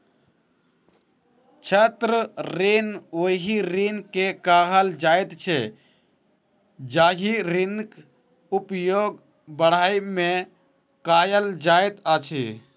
छात्र ऋण ओहि ऋण के कहल जाइत छै जाहि ऋणक उपयोग पढ़ाइ मे कयल जाइत अछि